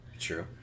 true